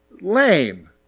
Lame